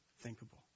thinkable